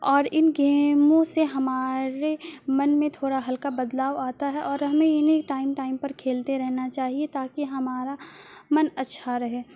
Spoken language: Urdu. اور ان گیموں سے ہمارے من میں تھوڑا ہلکا بدلاؤ آتا ہے اور ہمیں انہیں ٹائم ٹائم پر کھیلتے رہنا چاہیے تاکہ ہمارا من اچھا رہے